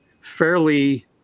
fairly